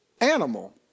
animal